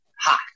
hot